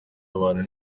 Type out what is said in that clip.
abantu